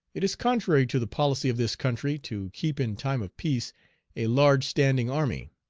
it is contrary to the policy of this country to keep in time of peace a large standing army